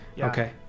Okay